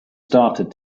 started